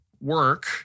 work